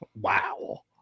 wow